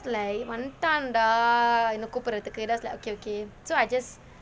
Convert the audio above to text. வந்துட்டான்:vanthuttaan dah என்ன கூப்பிடுறதுக்கு:enna kuppidurathukku I was like okay okay so I just